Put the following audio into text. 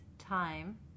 time